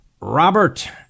Robert